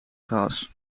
gas